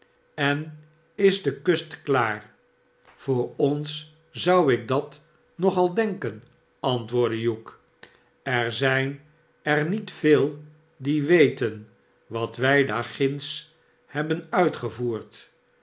en is de kust klaar svoor ons zou ik dat nog al denken antwoordde hugh er zijn er niet veel die weten wat wij daar ginds hebben uitgevqerd